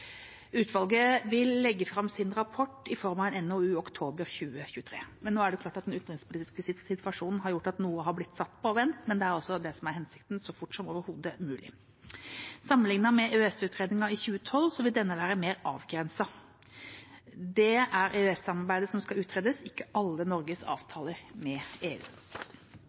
Utvalget vil legge fram sin rapport i form av en NOU i oktober 2023. Nå er det klart at den utenrikspolitiske situasjonen har gjort at noe har blitt satt på vent, men det er altså det som er hensikten, så fort som overhodet mulig. Sammenliknet med EØS-utredningen i 2012 vil denne være mer avgrenset. Det er EØS-samarbeidet som skal utredes, ikke alle Norges avtaler med EU.